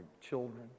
children